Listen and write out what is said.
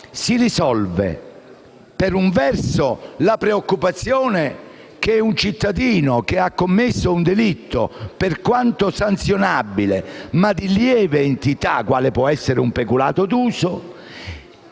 si risolve la preoccupazione di un cittadino che ha commesso un delitto, per quanto sanzionabile ma di lieve entità, quale può essere un peculato d'uso,